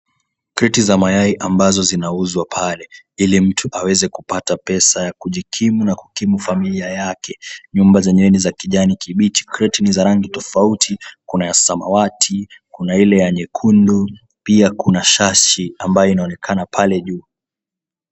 Kreti za mayai ambazo zinauzwa pale, ili mtu aweze kupata pesa ya kujikimu na kukimu familia yake. Nyumba zenyewe ni za kijani kibichi. Kreti ni za rangi tofauti. Kuna ya samawati, kuna ile ya nyekundu, pia kuna shashi ambayo inaonekana pale juu.